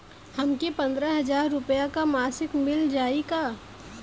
हमके पन्द्रह हजार रूपया क मासिक मिल जाई का?